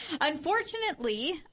Unfortunately